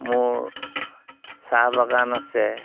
মোৰ চাহ বাগান আছে